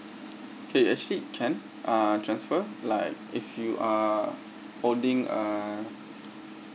okay actually can uh transfer like if you are holding a